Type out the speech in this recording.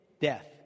death